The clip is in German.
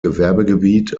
gewerbegebiet